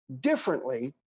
differently